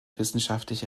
wissenschaftliche